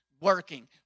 working